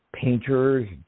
painters